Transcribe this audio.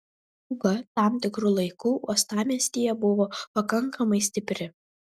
pūga tam tikru laiku uostamiestyje buvo pakankamai stipri